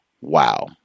wow